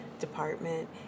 department